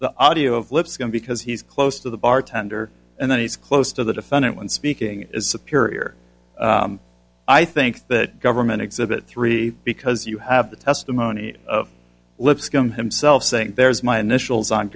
the audio of lipscomb because he's close to the bartender and then he's close to the defendant when speaking is superior i think that government exhibit three because you have the testimony of lipscomb himself saying there's my initials on